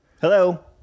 hello